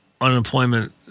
unemployment